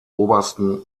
obersten